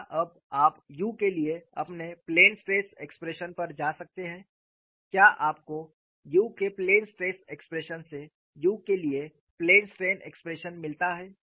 क्या अब आप u के लिए अपने प्लेन स्ट्रेस एक्सप्रेशन पर जा सकते हैं क्या आपको u के प्लेन स्ट्रेस एक्सप्रेशन से u के लिए प्लेन स्ट्रेन एक्सप्रेशन मिलता है